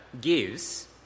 gives